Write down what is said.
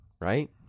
Right